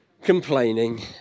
complaining